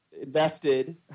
invested